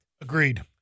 Agreed